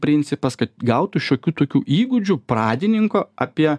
principas kad gautų šiokių tokių įgūdžių pradininko apie